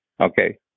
okay